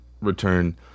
return